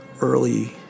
early